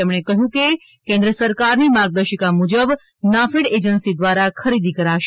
તેમણે કહ્યું કે કેન્દ્ર સરકારની માર્ગદર્શિકા મુજબ નાફેડ એજન્સી દ્વારા ખરીદી કરાશે